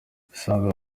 usanga